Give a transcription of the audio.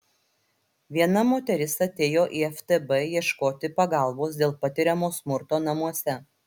viena moteris atėjo į ftb ieškoti pagalbos dėl patiriamo smurto namuose